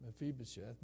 Mephibosheth